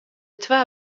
twa